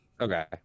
Okay